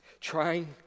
Trying